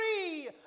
free